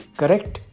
correct